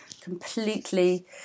completely